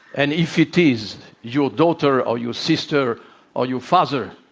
and if it is your daughter or your sister or your father,